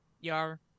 Yar